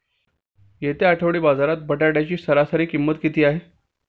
येत्या आठवडी बाजारात बटाट्याची सरासरी किंमत किती आहे?